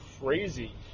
crazy